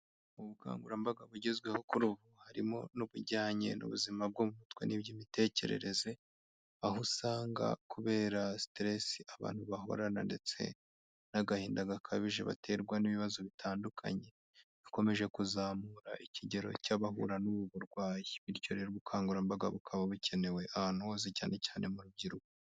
Ubukangurambaga bugezweho kuri ubu harimo n'ibijyanye n'ubuzima bwo mu mutwe n'iby'imitekerereze, aho usanga kubera siteresi abantu bahorana ndetse n'agahinda gakabije baterwa n'ibibazo bitandukanye, bikomeje kuzamura ikigero cy'abahura n'ubu burwayi, bityo rero ubukangurambaga bukaba bukenewe ahantu hose, cyane cyane mu rubyiruko.